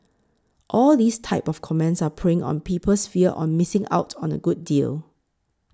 all these type of comments are preying on people's fear on missing out on a good deal